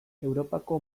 europako